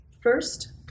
First